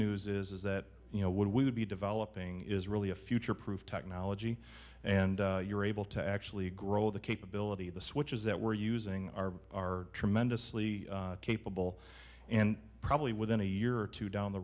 news is that you know what we would be developing is really a future proof technology and you're able to actually grow the capability of the switches that we're using are are tremendously capable and probably within a year or two down the